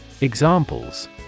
Examples